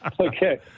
Okay